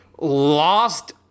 lost